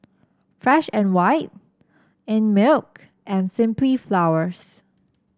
Fresh And White Einmilk and Simply Flowers